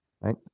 Right